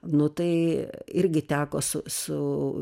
nu tai irgi teko su su